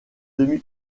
demi